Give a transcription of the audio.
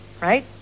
right